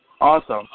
Awesome